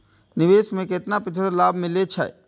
निवेश में केतना प्रतिशत लाभ मिले छै?